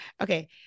Okay